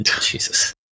Jesus